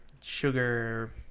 sugar